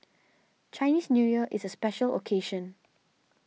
Chinese New Year is a special occasion